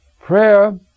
Prayer